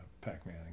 pac-man